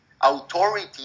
authority